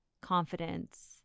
confidence